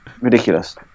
ridiculous